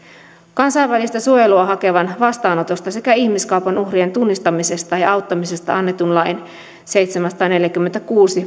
kansainvälistä suojelua hakevan vastaanotosta sekä ihmiskaupan uhrien tunnistamisesta ja auttamisesta annetun lain seitsemänsataaneljäkymmentäkuusi